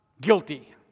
guilty